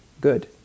good